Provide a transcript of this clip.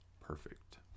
perfect